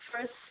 first